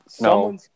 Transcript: no